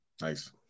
Nice